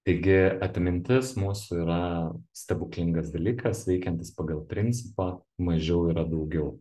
taigi atmintis mūsų yra stebuklingas dalykas veikiantis pagal principą mažiau yra daugiau